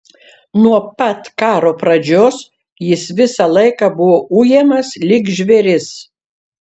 nuo pat karo pradžios jis visą laiką buvo ujamas lyg žvėris